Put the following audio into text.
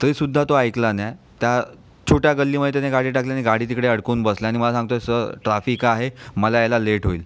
तरीसुद्धा तो ऐकला नाही त्या छोट्या गल्लीमध्ये त्याने गाडी टाकली आणि गाडी तिकडे अडकून बसली आणि मला सांगत आहे सर ट्राफिक आहे मला यायला लेट होईल